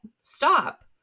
Stop